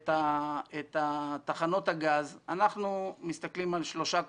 את תחנות הגז, אנחנו מסתכלים על שלושה קודקודים.